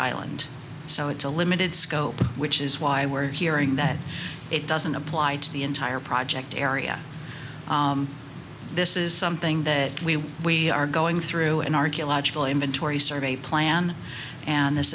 island so it's a limited scope which is why we're hearing that it doesn't apply to the entire project area this is something that we we are going through an archeological inventory survey plan and this